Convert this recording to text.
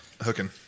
hooking